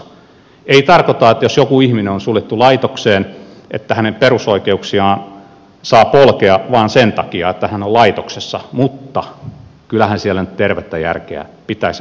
se ei tarkoita että jos joku ihminen on suljettu laitokseen niin hänen perusoikeuksiaan saa polkea vain sen takia että hän on laitoksessa mutta kyllähän siellä nyt tervettä järkeä pitäisi voida käyttää